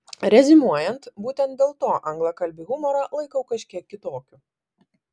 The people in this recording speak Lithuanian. reziumuojant būtent dėl to anglakalbį humorą laikau kažkiek kitokiu